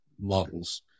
models